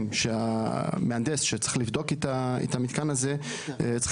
משוכנעים שהמהנדס שצריך לבדוק את המתקן הזה צריך